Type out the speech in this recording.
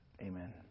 amen